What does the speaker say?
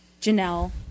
Janelle